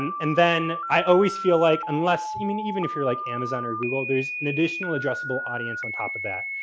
and and then i always feel like unless you, i mean, even if you're like amazon or google, there's an additional addressable audience on top of that.